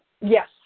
Yes